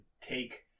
take